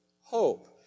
hope